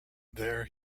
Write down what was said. there